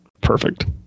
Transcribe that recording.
perfect